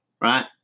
Right